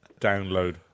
download